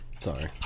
Sorry